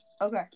Okay